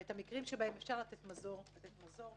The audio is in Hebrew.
ואת המקרים שאפשר לתת מזור לתת מזור.